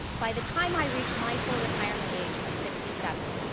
by the time i reach my full retirement age of sixty seven,